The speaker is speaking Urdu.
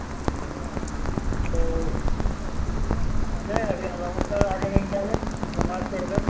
جی تو میں ابھی آ رہا ہوں سر آدھا گھنٹہ میں نماز پڑھ کر